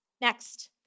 Next